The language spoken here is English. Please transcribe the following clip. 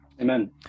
amen